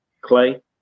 Clay